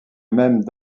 même